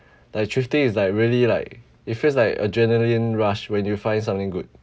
like thrifting is like really like it feels like adrenaline rush when you find something good